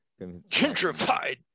Gentrified